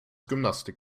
gymnastik